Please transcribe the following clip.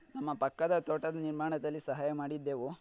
ನಮ್ಮ ಪಕ್ಕದ ತೋಟದ ನಿರ್ಮಾಣದಲ್ಲಿ ಸಹಾಯ ಮಾಡಿದ್ದೆವು